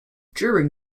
during